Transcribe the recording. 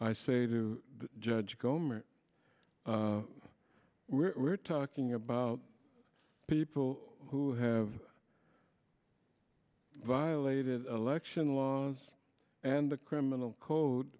i say to judge gomer we're talking about people who have violated election laws and the criminal code